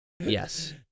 Yes